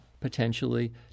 potentially